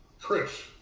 Chris